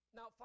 Now